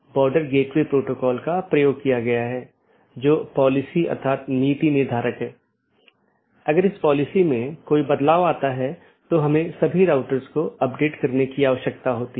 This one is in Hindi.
इस प्रकार हमारे पास आंतरिक पड़ोसी या IBGP है जो ऑटॉनमस सिस्टमों के भीतर BGP सपीकरों की एक जोड़ी है और दूसरा हमारे पास बाहरी पड़ोसीयों या EBGP कि एक जोड़ी है